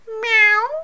meow